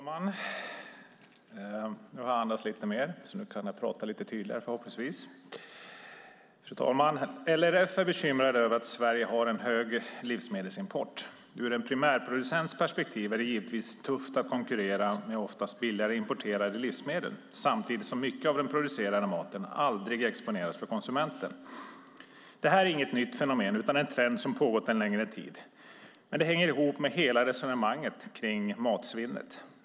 Fru talman! Vid LRF är man bekymrad över att Sverige har en hög livsmedelsimport. Ur en primärproducents perspektiv är det givetvis tufft att konkurrera med oftast billigare importerade livsmedel, samtidigt som mycket av den producerade maten aldrig exponeras för konsumenten. Det här är inget nytt fenomen utan en trend som pågått en längre tid. Men det hänger ihop med hela resonemanget kring matsvinnet.